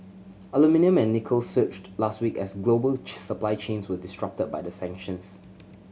aluminium and nickel surged last week as global supply chains were disrupted by the sanctions